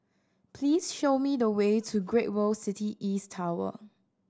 please show me the way to Great World City East Tower